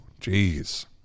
Jeez